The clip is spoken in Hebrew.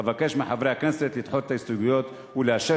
אבקש מחברי הכנסת לדחות את ההסתייגויות ולאשר